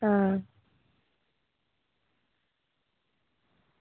आं